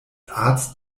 arzt